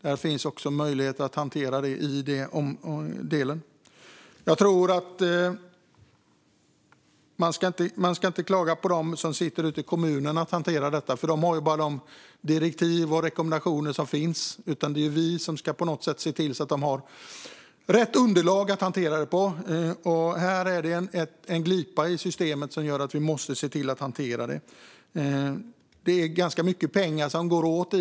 Det finns en möjlighet att hantera det i den delen. Man ska inte klaga på dem som sitter ute i kommunerna och hanterar detta, för de har bara de direktiv och rekommendationer som finns. Det är vi som ska se till att de har rätt underlag, och här finns det en glipa i systemet som vi måste hantera. Det är ganska mycket pengar som går åt.